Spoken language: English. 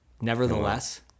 Nevertheless